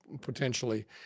potentially